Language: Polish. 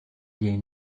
jej